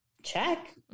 check